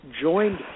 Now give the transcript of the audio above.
joined